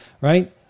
right